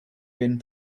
been